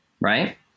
right